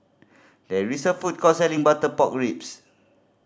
there is a food court selling butter pork ribs